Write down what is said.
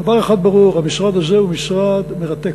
דבר אחד ברור: המשרד הזה הוא משרד מרתק,